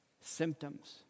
symptoms